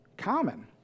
common